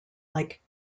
like